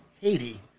Haiti